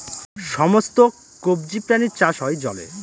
সমস্ত কবজি প্রাণীর চাষ হয় জলে